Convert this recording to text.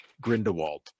Grindelwald